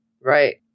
right